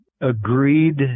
agreed